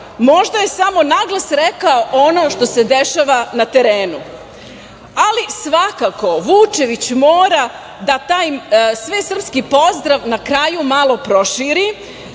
možda je samo naglas rekao ono što se dešava na terenu. Svakako Vučević mora da taj svesrpski pozdrav na kraju malo proširi,